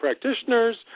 practitioners